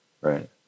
right